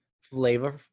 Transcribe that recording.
flavor